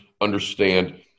understand